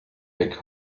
back